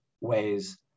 ways